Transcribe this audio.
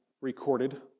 recorded